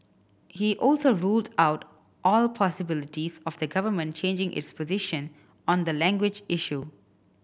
he also ruled out all possibilities of the Government changing its position on the language issue